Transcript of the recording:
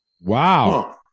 Wow